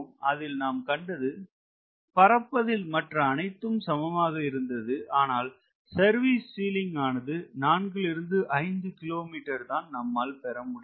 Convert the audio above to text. அதில் நாம் கண்டது பரப்பதில் மற்ற அனைத்தும் சமமாக இருந்தது அனால் சர்வீஸ் சீலிங் ஆனது 4 5 km தான் நம்மால் பெற முடிந்தது